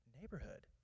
neighborhood